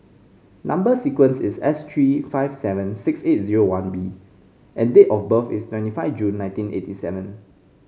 number sequence is S three five seven six eight zero one B and date of birth is twenty five June nineteen eighty seven